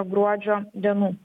gruodžio dienų